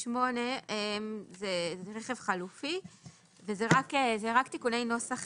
28 זה רכב חלופי וזה רק תיקוני נוסח